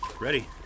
Ready